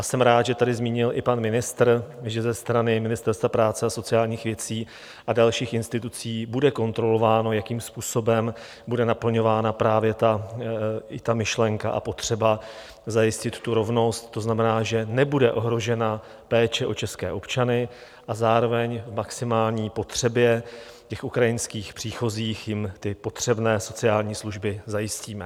Jsem rád, že tady zmínil i pan ministr, že ze strany Ministerstva práce a sociálních věcí a dalších institucí bude kontrolováno, jakým způsobem bude naplňována právě i ta myšlenka a potřeba zajistit tu rovnost, to znamená, že nebude ohrožena péče o české občany, a zároveň k maximální potřebě těch ukrajinských příchozích jim ty potřebné sociální služby zajistíme.